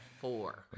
four